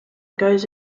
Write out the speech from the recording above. goes